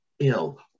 ill